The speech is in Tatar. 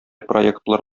проектлар